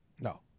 No